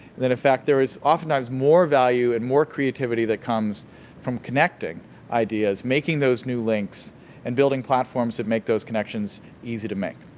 that, in fact, there is oftentimes more value and more creativity that comes from connecting ideas making those new links and building platforms to make those connections easy to make.